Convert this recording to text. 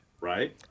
right